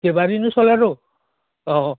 কেইবাদিনো চলেতো অঁ